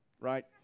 right